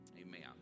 Amen